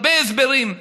הרבה הסברים,